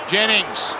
Jennings